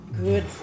good